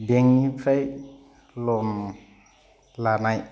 बेंकनिफ्राय लन लानाय